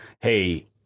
hey